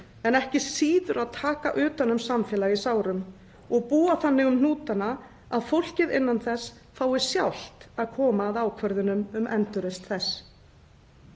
en ekki síður að taka utan um samfélag í sárum og búa þannig um hnútana að fólkið innan þess fái sjálft að koma að ákvörðunum um endurreisn þess.